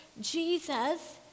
Jesus